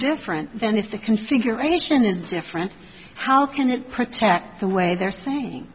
different then if the configuration is different how can it protect the way they're saying